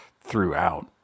throughout